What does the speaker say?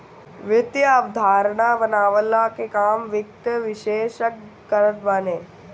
वित्तीय अवधारणा बनवला के काम वित्त विशेषज्ञ करत बाने